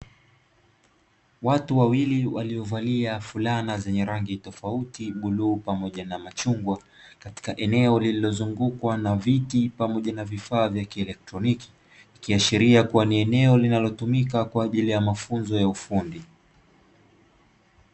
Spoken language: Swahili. Watu wawili waliovalia fulana zenye rangi tofauti bluu pamoja na machungwa, katika eneo lililozungukwa na viti pamoja na vifaa vya kielectroniki, ikiashiria kuwa ni eneo linalotumika kwa ajili ya mafunzo ya ufundi.